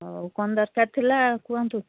ହଉ କ'ଣ ଦରକାର ଥିଲା କୁହନ୍ତୁ